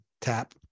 tap